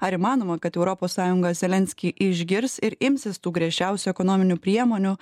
ar įmanoma kad europos sąjunga zelenskį išgirs ir imsis tų griežčiausių ekonominių priemonių